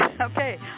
Okay